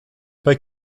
pas